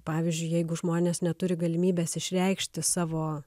pavyzdžiui jeigu žmonės neturi galimybės išreikšti savo